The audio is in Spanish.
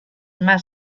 más